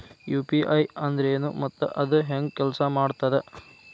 UPI ಅಂದ್ರೆನು ಮತ್ತ ಅದ ಹೆಂಗ ಕೆಲ್ಸ ಮಾಡ್ತದ